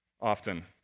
often